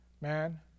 man